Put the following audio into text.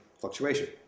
fluctuation